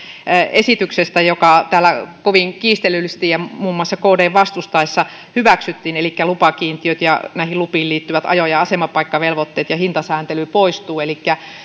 esityksestä joka täällä kovin kiistellysti ja muun muassa kdn vastustaessa hyväksyttiin elikkä lupakiintiöt ja näihin lupiin liittyvät ajo ja asemapaikkavelvoitteet ja hintasääntely poistuvat elikkä